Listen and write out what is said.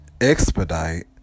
expedite